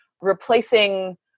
replacing